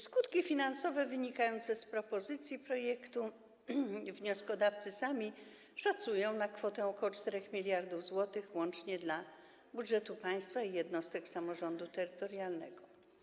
Skutki finansowe wynikające z propozycji projektu wnioskodawcy sami szacują na kwotę ok. 4 mld zł, łącznie dla budżetu państwa i jednostek samorządu terytorialnego.